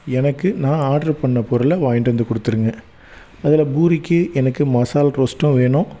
எனக்கு நான் ஆட்ரு பண்ணிண பொருளை வாங்கிட்டு வந்து கொடுத்துருங்க அதில் பூரிக்கு எனக்கு மசால் ரோஸ்ட்டும் வேணும்